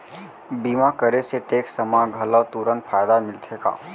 बीमा करे से टेक्स मा घलव तुरंत फायदा मिलथे का?